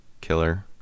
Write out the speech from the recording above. killer